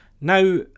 Now